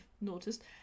noticed